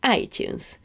iTunes